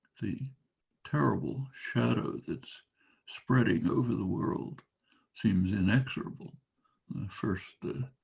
the terrible shadow that's spreading over the world seems inexorable first the